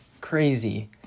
Crazy